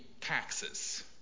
taxes